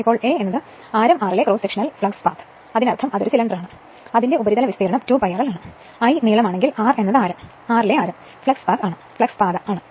ഇപ്പോൾ a ആരം r ലെ ക്രോസ് സെക്ഷണൽ ഫ്ലക്സ് പാത അതിനർത്ഥം അത് ഒരു സിലിണ്ടറാണ് അതിന്റെ ഉപരിതല വിസ്തീർണ്ണം 2π rl ആണ് l നീളമാണെങ്കിൽ r എന്നത് ആരം R ലെ ആരം ഫ്ലക്സ് പാത ആണ്